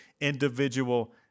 individual